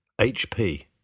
HP